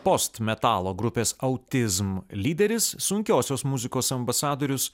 postmetalo grupės autism lyderis sunkiosios muzikos ambasadorius